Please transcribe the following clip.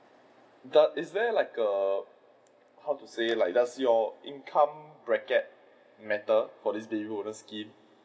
does~ is there like err how to say like does your income bracket matter for this baby bonus scheme